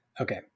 Okay